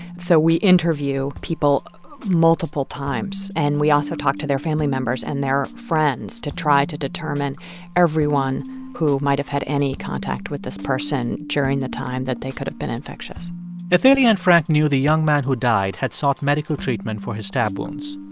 so we interview people multiple times. and we also talk to their family members and their friends to try to determine everyone who might have had any contact with this person during the time that they could have been infectious athalia and frank knew the young man who died had sought medical treatment for his stab wounds.